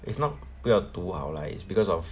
it's not 不要读好来 it's because of